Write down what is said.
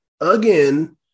again